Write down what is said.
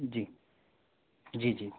जी जी जी